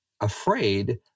afraid